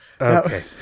Okay